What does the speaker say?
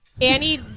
Annie